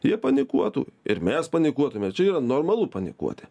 jie panikuotų ir mes panikuotume čia yra normalu panikuoti